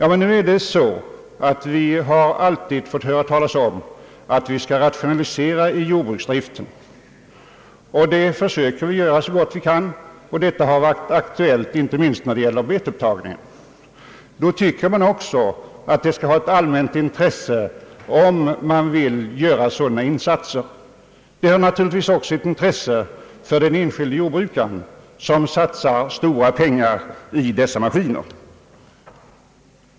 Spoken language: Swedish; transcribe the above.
Emellertid har vi ju alltid fått höra talas om att jordbruksdriften måste rationaliseras, och det försöker vi så gott vi kan, inte minst i fråga om betupptagningen. Därför tycker man att anskaffning av betupptagningsmaskiner är en insats av allmänt intresse, liksom naturligtvis ett intresse också för den enskilde jordbrukaren som satsar stora pengar i dessa maskiner.